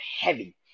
heavy